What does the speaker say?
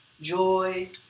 joy